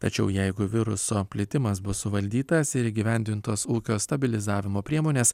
tačiau jeigu viruso plitimas bus suvaldytas ir įgyvendintos ūkio stabilizavimo priemonės